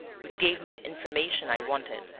which gave me the information i wanted.